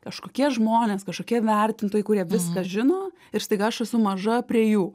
kažkokie žmonės kažkokie vertintojai kurie viską žino ir staiga aš esu maža prie jų